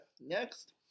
Next